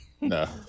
No